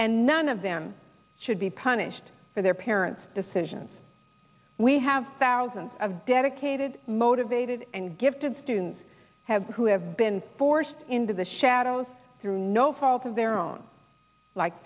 and none of them should be punished for their parents decisions we have thousands of dedicated motivated and gifted students have who have been forced into the shadows through no fault of their own like